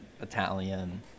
Italian